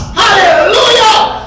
hallelujah